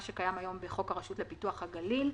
שקיים היום בחוק הרשות לפיתוח הגליל.